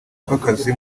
rw’akazi